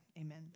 Amen